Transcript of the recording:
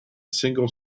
single